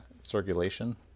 circulation